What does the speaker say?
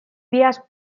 días